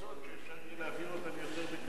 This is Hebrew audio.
יש חוקי-יסוד שאפשר יהיה להעביר אותם יותר בקלות.